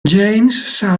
james